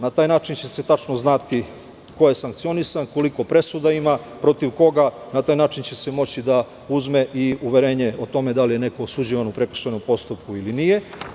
Na taj način će se tačno znati ko je sankcionisan, koliko presuda ima, protiv koga, na taj način, će se moći da uzme i uverenje o tome da li je neko osuđivan u prekršajnom postupku ili nije.